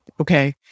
okay